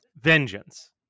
Vengeance